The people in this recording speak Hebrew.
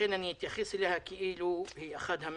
לכן אני אתייחס אליה כאילו היא אחד המציעים.